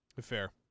Fair